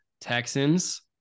Texans